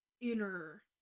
inner